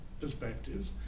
perspectives